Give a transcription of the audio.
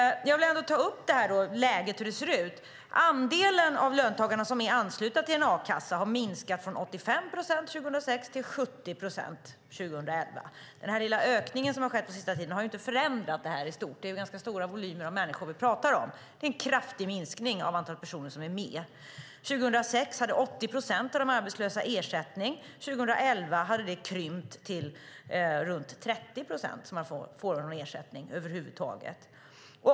Jag vill ta upp och beskriva hur läget ser ut. Andelen av löntagarna som är anslutna till en a-kassa har minskat från 85 procent 2006 till 70 procent 2011. Den lilla ökningen som har skett på sista tiden har inte förändrat det här i stort - det är ju ganska stora volymer av människor vi pratar om - utan det är en kraftig minskning av antalet personer som är med. År 2006 hade 80 procent av de arbetslösa ersättning. År 2011 hade siffran krympt till runt 30 procent som får någon ersättning över huvud taget.